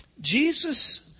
Jesus